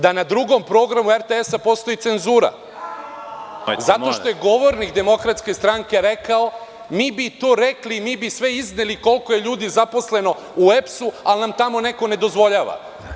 Da na drugom programu RTS postoji cenzura, zato što je govornik DS rekao – mi bi to rekli, mi bi sve izneli koliko je ljudi zaposleno u EPS, ali nam tamo neko ne dozvoljava.